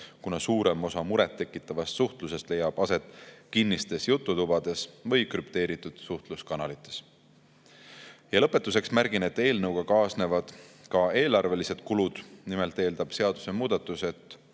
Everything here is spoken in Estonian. kuna suurem osa murettekitavast suhtlusest leiab aset kinnistes jututubades või krüpteeritud suhtluskanalites. Lõpetuseks märgin, et eelnõuga kaasnevad ka eelarvelised kulud. Nimelt eeldab seadusemuudatus, et